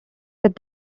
that